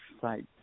site